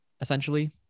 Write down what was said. essentially